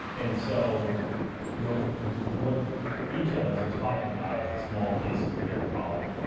and so you know what each of us is talking about is a small piece of a bigger problem.